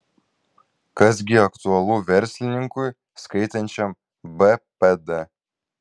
kas gi aktualu verslininkui skaitančiam bpd